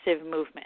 movement